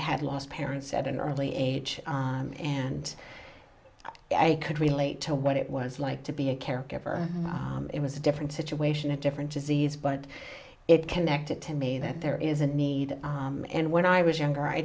had lost parents at an early age and i could relate to what it was like to be a caregiver it was a different situation a different disease but it can necked it to me that there is a need and when i was younger i